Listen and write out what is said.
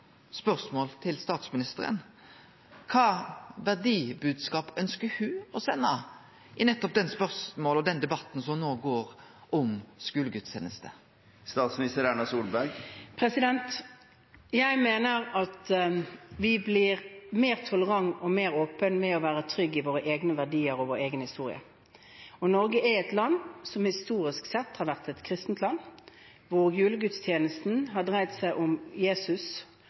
spørsmål til statsministeren: Kva verdibodskap ønskjer ho å sende i dei spørsmåla og den debatten som no går om skulegudstenester? Jeg mener at vi blir mer tolerante og mer åpne ved å være trygge i våre egne verdier og vår egen historie. Norge er et land som historisk sett har vært et kristent land, hvor julegudstjenesten har dreid seg om Jesus